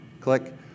Click